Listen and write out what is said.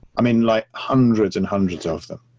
i mean like hundreds and hundreds of them,